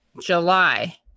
July